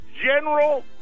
general